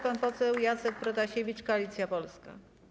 Pan poseł Jacek Protasiewicz, Koalicja Polska.